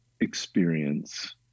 experience